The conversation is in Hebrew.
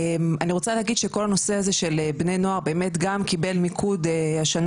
אני רוצה להגיד שכל הנושא הזה של בני נוער גם קיבל מיקוד השנה,